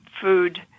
food